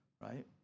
right